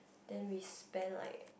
then we spent like